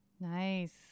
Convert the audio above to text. Nice